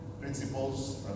principles